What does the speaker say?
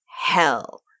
hell